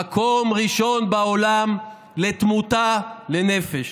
במקום ראשון בעולם בתמותה לנפש,